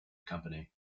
company